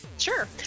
Sure